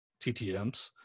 TTMs